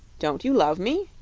don't you love me?